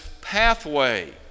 pathway